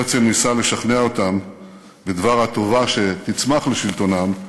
הרצל ניסה לשכנע אותם בדבר הטובה שתצמח לשלטונם,